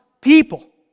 people